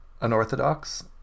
Unorthodox